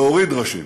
להוריד ראשים.